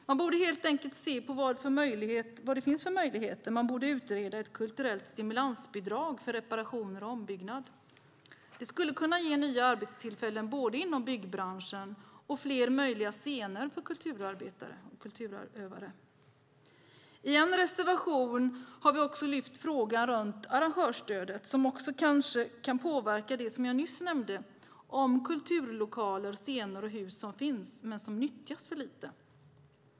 Man borde helt enkelt se på vad det finns för möjligheter, till exempel utreda ett kulturellt stimulansbidrag för reparationer och ombyggnad. Det skulle kunna ge nya arbetstillfällen inom byggbranschen och fler möjliga scener för kulturutövare. I en reservation har vi också lyft upp frågan om arrangörsstöd som också kanske kan påverka det som jag nyss nämnde om kulturlokaler, scener och hus som nyttjas för lite.